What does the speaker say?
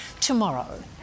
tomorrow